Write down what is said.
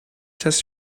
test